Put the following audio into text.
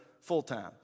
full-time